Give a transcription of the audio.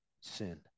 sin